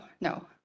no